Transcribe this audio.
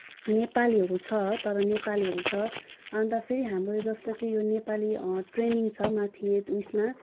नेपालीहरू छ तर नेपालीहरू छ अन्त फेरि हम्रो जस्तो कि यो नेपाली ट्रेनिङ छ माथि यो उसमा